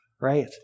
right